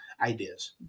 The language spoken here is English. ideas